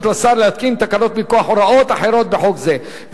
לשר להתקין תקנות מכוח הוראות אחרות בחוק זה,